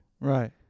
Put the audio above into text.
Right